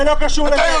זה לא קשור לזה.